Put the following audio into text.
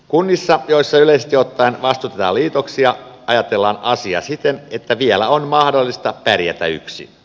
kunnissa joissa yleisesti ottaen vastustetaan liitoksia ajatellaan asia siten että vielä on mahdollista pärjätä yksin